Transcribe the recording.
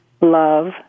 love